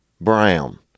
Brown